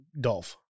Dolph